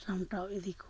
ᱥᱟᱢᱴᱟᱣ ᱤᱫᱤ ᱠᱚᱣᱟ